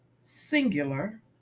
singular